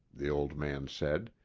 the old man said.